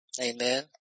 Amen